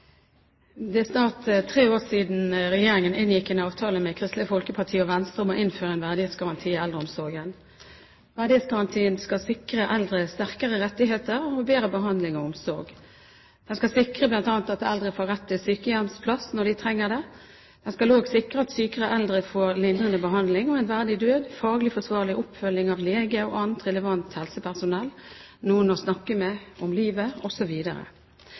Det er snart tre år siden regjeringen inngikk en avtale med Kristelig Folkeparti og Venstre om å innføre en verdighetsgaranti i eldreomsorgen. Verdighetsgarantien skal sikre eldre sterkere rettigheter og bedre behandling og omsorg. Den skal bl.a. sikre at eldre får rett til sykehjemsplass når de trenger det. Den skal også sikre at syke eldre får lindrende behandling og en verdig død, faglig forsvarlig oppfølging av lege og annet relevant helsepersonell, noen å snakke med om livet,